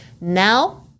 now